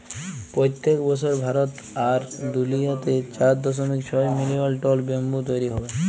পইত্তেক বসর ভারত আর দুলিয়াতে চার দশমিক ছয় মিলিয়ল টল ব্যাম্বু তৈরি হবেক